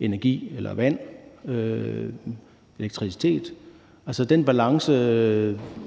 energi, vand eller elektricitet. Altså, i forhold til den balance